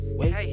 wait